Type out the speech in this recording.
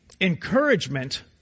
encouragement